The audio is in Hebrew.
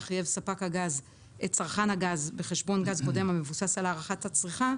חייב ספק הגז את צרכן הגז בחשבון גז קודם המבוסס על הערכת הצריכה,